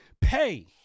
pay